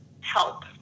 help